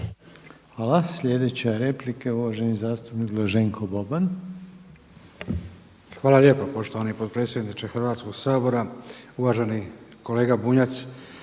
Hvala. Sljedeća je replika uvaženi zastupnik Blaženko Boban. **Boban, Blaženko (HDZ)** Hvala lijepo poštovani potpredsjedniče Hrvatskoga sabora. Uvaženi kolega Bunjac.